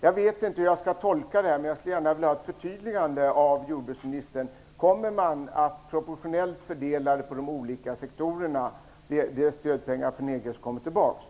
Jag vet inte hur jag skall tolka detta. Jag skulle gärna vilja ha ett förtydligande av jordbruksministern. Kommer man att proportionellt fördela de stödpengar som kommer tillbaka från EG på de olika sektorerna?